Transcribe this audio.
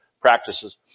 practices